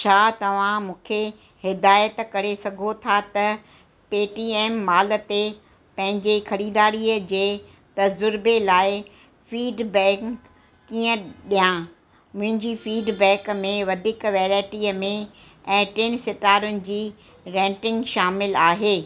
छा तव्हां मूंखे हिदायत करे सघो था त व पेटीएम माल ते पंहिंजे ख़रीदारीअ जे तज़ुर्बे लाइ फ़ीडबैंक कीअं ॾियां मुंहिंजी फ़ीडबैक में वधीक वैराइटीअ में ऐं टिनि सितारनि जी रेंटिंग शामिलु आहे